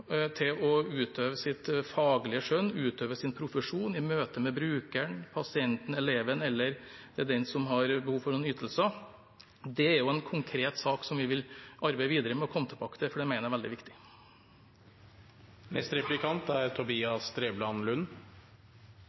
å utøve sitt faglige skjønn, utøve sin profesjon i møte med brukeren, pasienten, eleven eller den som har behov for ytelser. Det er en konkret sak som vi vil arbeide videre med og komme tilbake til, for det mener jeg er veldig viktig.